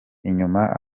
inyuma